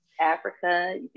Africa